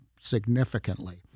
significantly